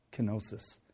Kenosis